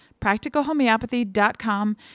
practicalhomeopathy.com